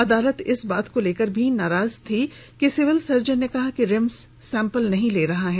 अदालत इस बात को लेकर भी नाराज थी कि सिविल सर्जन ने कहा कि रिम्स सैम्पल नहीं ले रहा है